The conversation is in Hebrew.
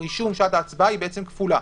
רישום שעת ההצבעה היא כפולה: